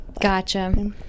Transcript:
Gotcha